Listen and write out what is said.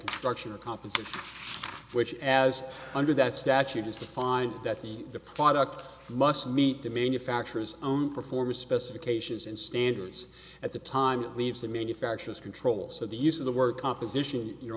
structure a competent which as under that statute is to find that the the product must meet the manufacturer's own performance specifications and standards at the time leaves the manufacturers control so the use of the word composition your